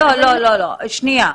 לא, שנייה.